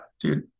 dude